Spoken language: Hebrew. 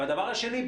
הדבר השני,